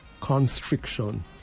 constriction